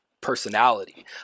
personality